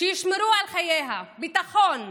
שישמרו על חייה, ביטחון.